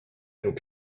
nous